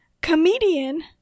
comedian